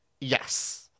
Yes